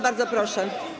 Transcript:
Bardzo proszę.